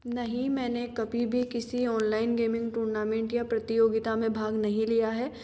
नहीं मैंने कभी भी किसी ऑनलाइन गेमिंग या टूर्नामेंट या प्रतियोगिता में भाग नहीं लिया है